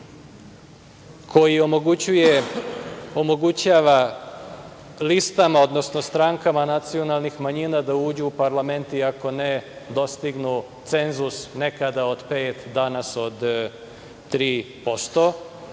koji omogućava listama, odnosno strankama nacionalnih manjina da uđu u parlament i ako ne dostignu cenzus nekada od 5%, danas od 3%,